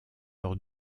leur